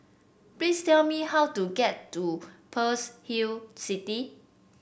please tell me how to get to Pearl's Hill City